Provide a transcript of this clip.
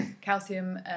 calcium